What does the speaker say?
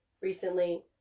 recently